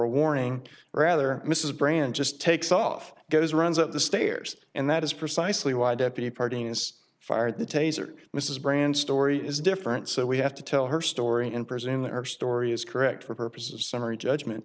a warning rather mrs brand just takes off goes runs up the stairs and that is precisely why deputy party has fired the taser mrs brand story is different so we have to tell her story and presume that our story is correct for purposes of summary judgment